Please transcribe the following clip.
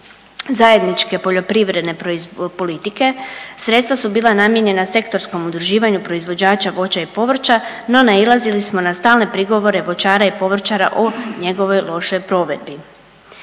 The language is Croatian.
zajedničke poljoprivredne politike sredstva su bila namijenjena sektorskom udruživanju proizvođača voća i povrća, no nailazili smo na stalne prigovore voćara i povrćara o njegovoj lošoj provedbi.